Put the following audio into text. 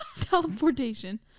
teleportation